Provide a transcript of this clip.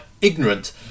ignorant